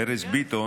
ארז ביטון,